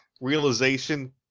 realization